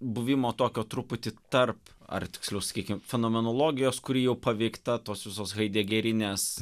buvimo tokio truputį tarp ar tiksliau sakykim fenomenologijos kuri jau paveikta tos visos haidegerinės